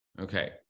okay